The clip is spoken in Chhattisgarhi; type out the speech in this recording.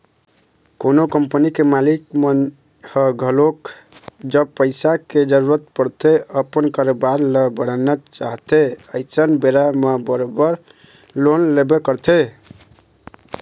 कोनो कंपनी के मालिक मन ह घलोक जब पइसा के जरुरत पड़थे अपन कारोबार ल बढ़ाना चाहथे अइसन बेरा म बरोबर लोन लेबे करथे